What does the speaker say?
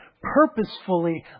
purposefully